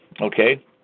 Okay